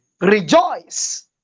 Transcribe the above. Rejoice